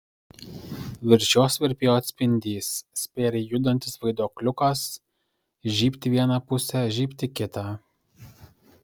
virš jos virpėjo atspindys spėriai judantis vaiduokliukas žybt į vieną pusę žybt į kitą